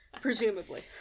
Presumably